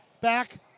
back